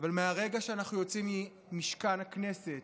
אבל מהרגע שאנחנו יוצאים ממשכן הכנסת,